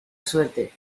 suerte